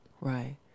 Right